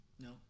No